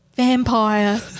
Vampire